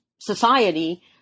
society